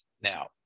Now